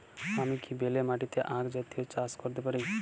আমি কি বেলে মাটিতে আক জাতীয় চাষ করতে পারি?